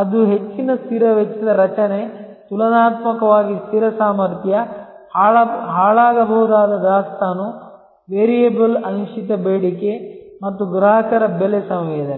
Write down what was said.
ಅದು ಹೆಚ್ಚಿನ ಸ್ಥಿರ ವೆಚ್ಚದ ರಚನೆ ತುಲನಾತ್ಮಕವಾಗಿ ಸ್ಥಿರ ಸಾಮರ್ಥ್ಯ ಹಾಳಾಗಬಹುದಾದ ದಾಸ್ತಾನು ವೇರಿಯಬಲ್ ಅನಿಶ್ಚಿತ ಬೇಡಿಕೆ ಮತ್ತು ಗ್ರಾಹಕರ ಬೆಲೆ ಸಂವೇದನೆ